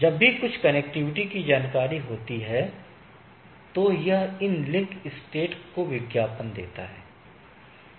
जब भी कुछ कनेक्टिविटी की जानकारी होती है तो यह इन लिंक स्टेट्स को विज्ञापन देता है